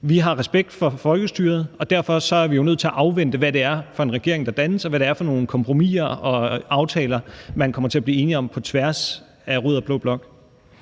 Vi har respekt for folkestyret, og derfor er vi jo nødt til at afvente, hvad det er for en regering, der dannes, og hvad det er for nogle kompromiser og aftaler, man kommer til at blive enige om på tværs af rød og blå blok.